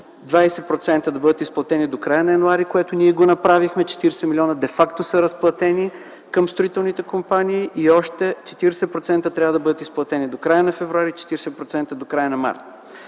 20% да бъдат изплатени до края на м. януари, което ние направихме; 40 млн. лв. де факто са разплатени към строителните компании и още 40% трябва да бъдат изплатени до края на м. февруари и 40% - до края на м.